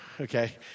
Okay